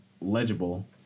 legible